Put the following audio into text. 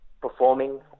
Performing